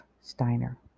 steiner